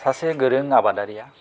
सासे गोरों आबादारिआ